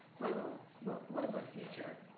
but but what about future?